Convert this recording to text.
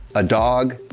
a dog,